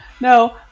no